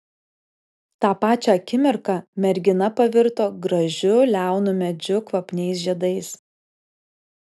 tą pačią akimirka mergina pavirto gražiu liaunu medžiu kvapniais žiedais